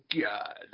god